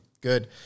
good